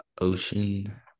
Ocean